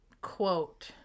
quote